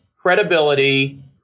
credibility